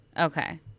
Okay